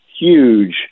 huge